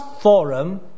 Forum